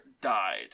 died